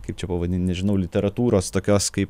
kaip čia pavadint nežinau literatūros tokios kaip